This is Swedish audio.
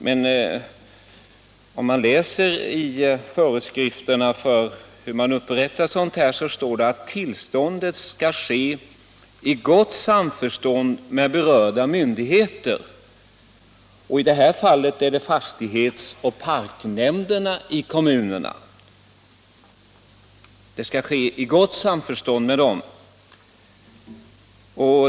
Men om man läser föreskrifterna finner man att det står att tillstånd skall ges i gott samförstånd med berörda myndigheter — i det här fallet fastighetsoch parknämnderna i kommunerna.